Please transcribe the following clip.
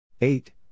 Eight